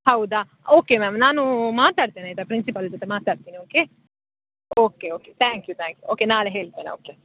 ಹೌದಾ okay ma'am ನಾನು ಮಾತಾಡ್ತೇನೆ ಆಯಿತಾ ಪ್ರಿನ್ಸಿಪಾಲ್ ಜೊತೆ ಮಾತಾಡ್ತೇನೆ okay okay okay thank you thank you okay ನಾಳೆ ಹೇಳ್ತೇನೆ ಓಕೆ